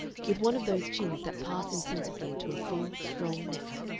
with one of those chins that pass insensibly into a full, strong neck.